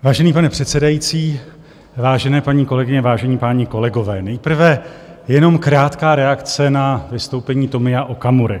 Vážený pane předsedající, vážené paní kolegyně, vážení páni kolegové, nejprve jenom krátká reakce na vystoupení Tomia Okamury.